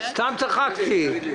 סתם צחקתי.